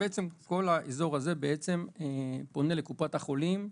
כל האזור הזה פונה לקופת החולים: